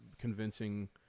convincing